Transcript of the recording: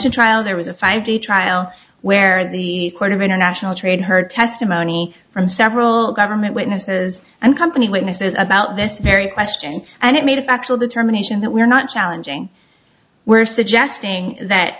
to trial there was a five day trial where the court of international trade heard testimony from several government witnesses and company witnesses about this very question and it made a factual determination that we're not challenging we're suggesting that